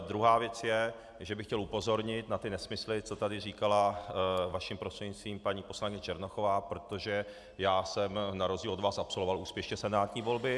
Druhá věc je, že bych chtěl upozornit na ty nesmysly, co tady říkala, vaším prostřednictvím, paní poslankyně Černochová, protože já jsem na rozdíl od vás absolvoval úspěšně senátní volby.